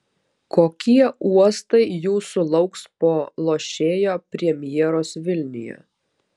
kokie uostai jūsų lauks po lošėjo premjeros vilniuje